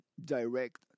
direct